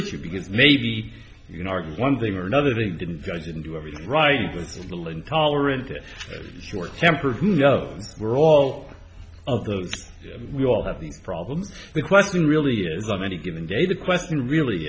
issue because maybe you can argue one thing or another they didn't just didn't do everything right it was a little intolerant it was short tempered no we're all of those we all have these problems the question really is on any given day the question really